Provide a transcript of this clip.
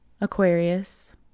Aquarius